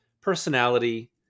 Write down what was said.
personality